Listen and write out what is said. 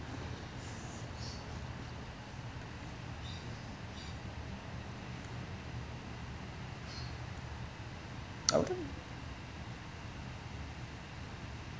okay